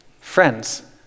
Friends